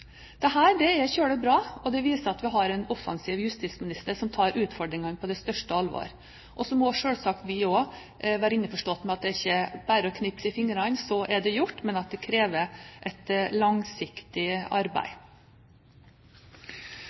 er veldig bra, og det viser at vi har en offensiv justisminister som tar utfordringene på det største alvor, og selvsagt er også vi innforstått med at det ikke bare er å knipse i fingrene, og så er det gjort, men at det krever et langsiktig arbeid.